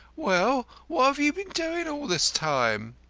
well, what have you been doin' all this time?